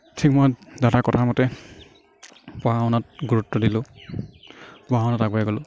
দাদাৰ কথামতে পঢ়া শুনাত গুৰুত্ব দিলো পঢ়া শুনাত আগুৱাই গ'লো